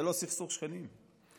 זה לא סכסוך שכנים,